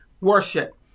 worship